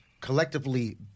collectively